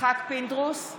יצחק פינדרוס,